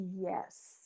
Yes